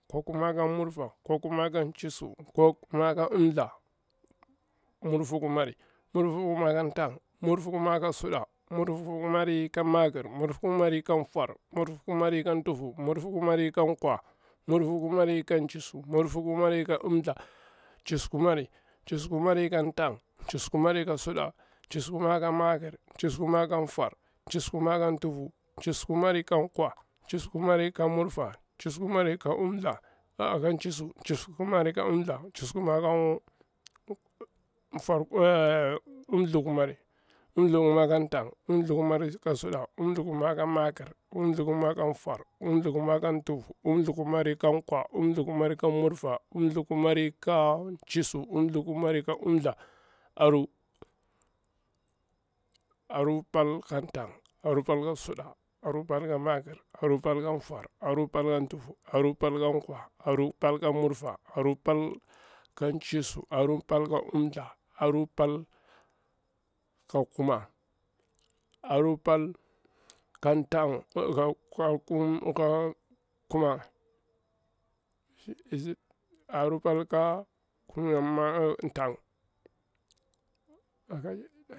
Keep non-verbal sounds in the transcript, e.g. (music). Kwakumar ka murfa, kwakumar ka chisu, kwakumar ka umtha, murfikumari mari, murfikumari ka tang, murfikumari ka suɗa, murfukumai ka makir, murfukumari ka fwar, murfukumari ka tufu, murfukumari ka kwa, murfukumari ka murfa, murfukumari ka chisu, murfukumari ka umtha chisu kumari, chisukumari ka pal, chisu kumari ka suɗa, chisu kumari ka makir, chisu kumari ke fwar, chisu kumari ke tufu, chisukumari ka kwa, chisu kumari ka murfa, chisukumari ka chisu, chisu kumari ka umtha, umthikumari, umthu kumari ka tang, umthu kumari ka suɗa, umthu kumari ka makir, umthu kumari ka fwar, umthu kumari ka tufu, umthu kumari ka kwa, umthu kumari ka murfa, umthkumari ka chisu, umthu kumari ka umtha, trupal. Arupal ka pal, arupal ka suɗa, aru pal ka makir, aru pal ƙa fwar, aru pal ka tufu, aru pal ka kwa, aru pal ka murfa, aru pal ka chisu, aru pal ka umtha, aru pal ka kuma, (hesitation) aru pal ka kum katang. (unintelligible)